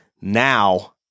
now